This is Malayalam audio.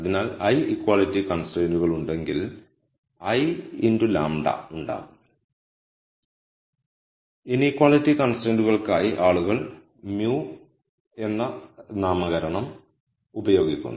അതിനാൽ l ഇക്വാളിറ്റി കൺസ്ട്രൈന്റുകൾ ഉണ്ടെങ്കിൽ l λ ഉണ്ടാകും ഇനീക്വളിറ്റി കൺസ്ട്രെന്റുകൾക്കായി ആളുകൾ μ എന്ന നാമകരണം ഉപയോഗിക്കുന്നു